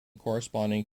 corresponding